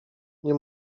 nie